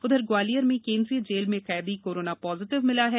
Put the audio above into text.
उधर ग्वालियर में केंद्रीय जेल में कैदी कोरोना पॉजिटिव मिला है